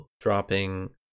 dropping